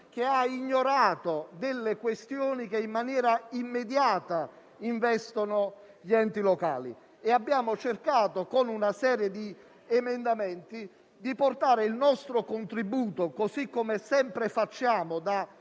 abbia ignorato delle questioni che in maniera immediata investono gli enti locali. Abbiamo cercato con una serie di emendamenti di portare il nostro contributo per migliorare